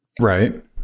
Right